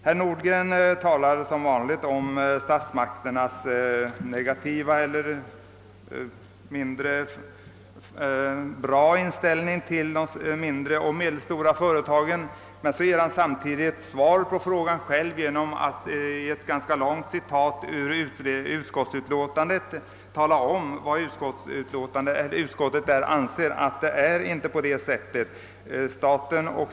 Herr Nordgren talade som vanligt om statsmakternas mindre positiva inställning till de mindre och medelstora företagen, men samtidigt visade han själv genom ett ganska långt citat ur utskottsutlåtandet att det inte förhåller sig på det sättet.